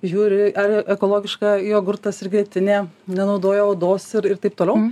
žiūri ar ekologišką jogurtas ir grietinė nenaudoja odos ir ir taip toliau